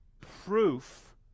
proof